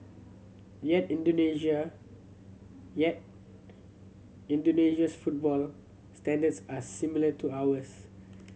yet Indonesia yet Indonesia's football standards are similar to ours